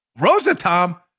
Rosatom